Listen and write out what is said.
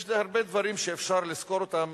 יש הרבה דברים שאפשר לסקור אותם,